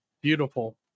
Beautiful